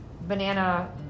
banana